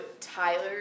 Tyler